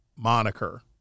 Moniker